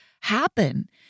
happen